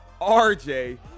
rj